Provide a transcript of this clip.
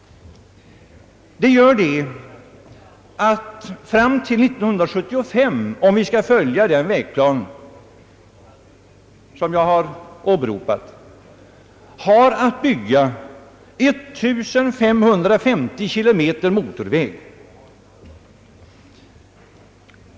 Detta betyder att vi, om vi skall följa den vägplan som jag har åberopat, fram till 1975 har att bygga 1550 kilometer motorväg.